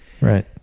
Right